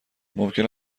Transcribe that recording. ممکن